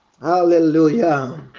Hallelujah